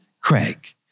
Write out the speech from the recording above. Craig